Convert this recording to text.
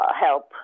help